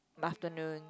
afternoon